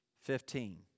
fifteen